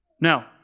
Now